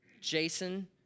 Jason